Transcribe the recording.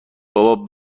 بابا